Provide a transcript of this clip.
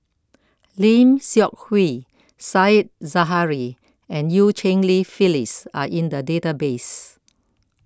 Lim Seok Hui Said Zahari and Eu Cheng Li Phyllis are in the database